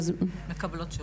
מקבלות שירות.